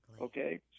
Okay